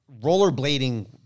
rollerblading